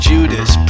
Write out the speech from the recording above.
Judas